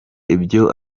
ibyo